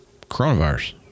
coronavirus